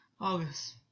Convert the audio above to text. August